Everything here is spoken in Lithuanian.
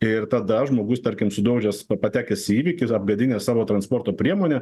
ir tada žmogus tarkim sudaužęs pa patekęs į įvykį apgadinęs savo transporto priemonę